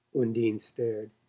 undine stared.